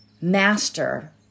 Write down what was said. master